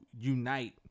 unite